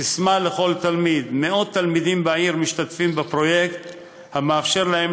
ססמה לכל תלמיד מאות תלמידים בעיר משתתפים בפרויקט המאפשר להם